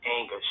anger